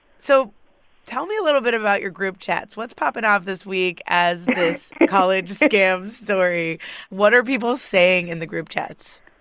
so tell me a little bit about your group chats. what's popping off this week as this college scam story what are people saying in the group chats?